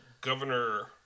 Governor